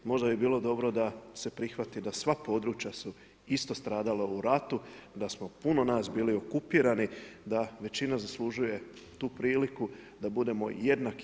Možda bi bilo dobro da se prihvati da sva područja su isto stradala u radu, da smo puno nas bili okupirani da većina zaslužuje tu priliku da budemo jednaki.